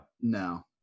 No